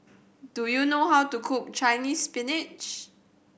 do you know how to cook Chinese Spinach